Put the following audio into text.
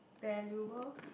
valuable